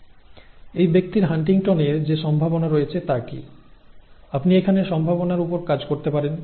এই ব্যক্তির হান্টিংটনের যে সম্ভাবনা রয়েছে তা কী আপনি এখানে সম্ভাবনার উপর কাজ করতে পারেন